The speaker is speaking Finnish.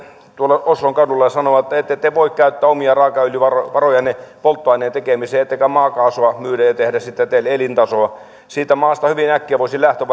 tuolla oslon kaduilla ja sanoa norjalaisille että ette te voi käyttää omia raakaöljyvarojanne polttoaineen tekemiseen ettekä maakaasua myydä ja tehdä siitä teille elintasoa siitä maasta hyvin äkkiä voisi lähtö